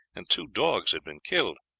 and two dogs had been killed.